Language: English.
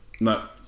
no